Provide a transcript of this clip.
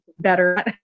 Better